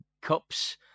cups